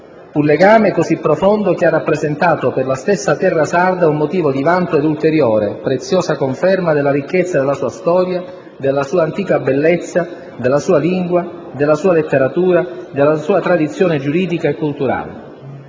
Un legame così profondo che ha rappresentato per la stessa terra sarda un motivo di vanto ed ulteriore, preziosa conferma della ricchezza della sua storia, della antica bellezza della sua lingua, della sua letteratura, della sua tradizione giuridica e culturale.